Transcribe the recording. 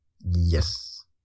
Yes